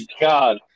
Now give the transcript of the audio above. god